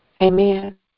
Amen